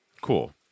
cool